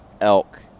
elk